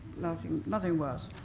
nothing nothing worse.